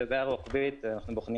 זו בעיה רוחבית, אנחנו בוחנים